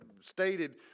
stated